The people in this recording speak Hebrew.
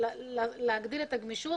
להגדיל את הגמישות